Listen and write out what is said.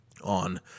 on